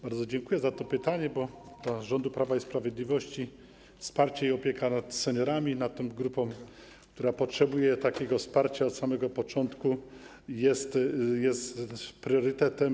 Bardzo dziękuję za to pytanie, bo dla rządu Prawa i Sprawiedliwości wsparcie seniorów i opieka nad nimi, nad tą grupą, która potrzebuje takiego wsparcia, od samego początku jest priorytetem.